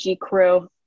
crew